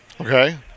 Okay